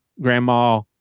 grandma